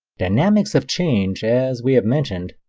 dynamics of change, as we have mentioned,